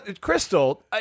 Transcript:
Crystal